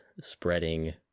spreading